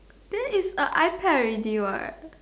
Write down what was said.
this is a iPad already what